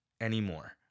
anymore